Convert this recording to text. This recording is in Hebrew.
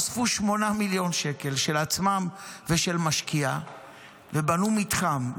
אספו 8 מיליון שקל של עצמם ושל משקיע ובנו מתחם,